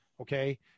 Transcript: okay